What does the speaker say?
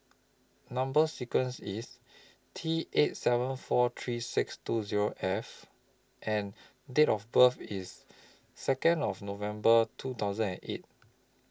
Number sequence IS T eight seven four three six two Zero F and Date of birth IS Second of November two thousand and eight